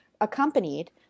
accompanied